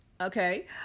okay